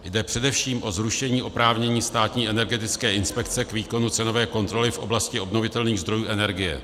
Jde především o zrušení oprávnění Státní energetické inspekce k výkonu cenové kontroly v oblasti obnovitelných zdrojů energie.